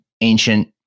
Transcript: ancient